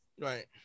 Right